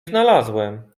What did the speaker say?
znalazłem